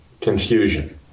confusion